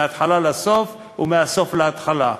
מהתחלה לסוף ומהסוף להתחלה.